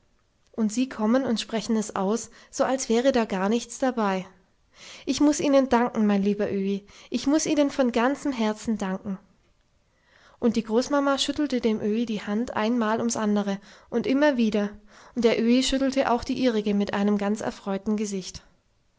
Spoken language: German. und sie kommen und sprechen es aus so als wäre da gar nichts dabei ich muß ihnen danken mein lieber öhi ich muß ihnen von ganzem herzen danken und die großmama schüttelte dem öhi die hand ein mal ums andere und immer wieder und der öhi schüttelte auch die ihrige mit einem ganz erfreuten gesicht